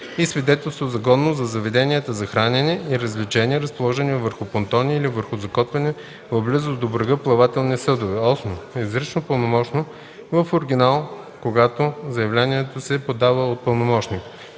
и свидетелство за годност – за заведенията за хранене и развлечения, разположени върху понтони или върху закотвени в близост до брега плавателни съдове; 8. изрично пълномощно в оригинал, когато заявлението се подава от пълномощник;